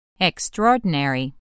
Extraordinary